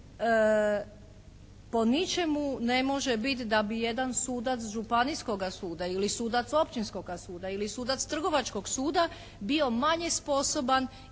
Po ničemu ne može biti da bi jedan sudac Županijskoga suda ili sudac Općinskoga suda ili sudac Trgovačkog suda bio manje sposoban